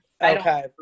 okay